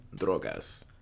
Drogas